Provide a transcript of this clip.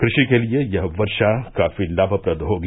कृषि के लिए यह वर्षा काफी लाभप्रद होगी